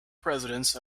presidents